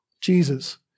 Jesus